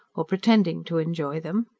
or pretending to enjoy them.